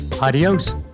Adios